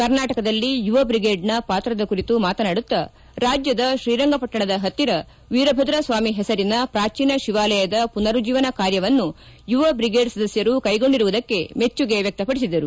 ಕರ್ನಾಟಕದಲ್ಲಿ ಯುವ ಬ್ರಿಗೇಡ್ನ ಪಾತ್ರದ ಕುರಿತು ಮಾತನಾಡುತ್ತಾ ರಾಜ್ಯದ ಶ್ರೀರಂಗಪಟ್ಟಣದ ಹತ್ತಿರ ವೀರಭದ್ರಸ್ಕಾಮಿ ಹೆಸರಿನ ಪ್ರಾಚೀನ ಶಿವಾಲಯದ ಪುನರುಜ್ಜೀವನ ಕಾರ್ಯವನ್ನು ಯುವ ಬ್ರಿಗೇಡ್ ಸದಸ್ಯರು ಕೈಗೊಂಡಿರುವುದಕ್ಕೆ ಮೆಚ್ಚುಗೆ ವ್ಯಕ್ತಪಡಿಸಿದರು